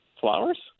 flowers